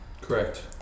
correct